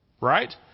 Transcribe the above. right